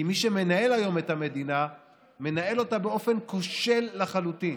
כי מי שמנהל את המדינה מנהל אותה באופן כושל לחלוטין.